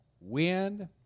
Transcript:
wind